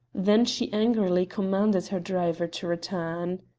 then she angrily commanded her driver to return.